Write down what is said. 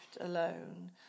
alone